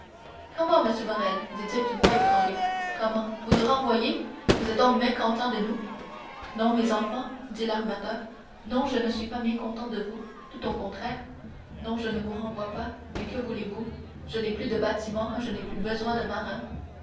comment monsieur morrel dit-il d'une voix étranglée comment vous nous renvoyez vous êtes donc mécontent de nous non mes enfants dit l'armateur non je ne suis pas mécontent de vous tout au contraire non je ne vous renvoie pas mais que voulez-vous je n'ai plus de bâtiments je n'ai plus besoin de marins